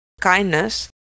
kindness